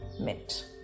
mint